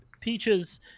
Peaches